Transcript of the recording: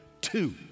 Two